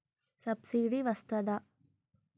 Subsidy వస్తదా?